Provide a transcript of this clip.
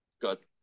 Good